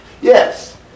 Yes